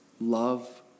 love